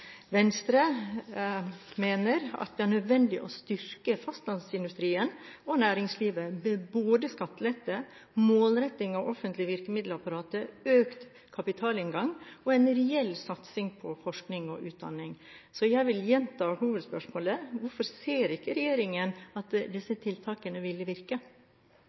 Venstre mener at det er nødvendig å styrke fastlandsindustrien og næringslivet med skattelette, målretting av det offentlige virkemiddelapparatet, økt kapitalinngang og en reell satsing på forskning og utdanning. Jeg vil gjenta hovedspørsmålet: Hvorfor ser ikke regjeringen at disse tiltakene ville virke?